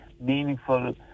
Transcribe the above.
meaningful